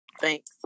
Thanks